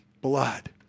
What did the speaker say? blood